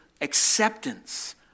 acceptance